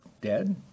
dead